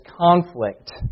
conflict